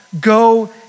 go